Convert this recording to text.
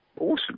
Awesome